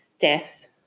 death